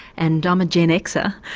and i'm a gen-xer,